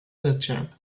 wiltshire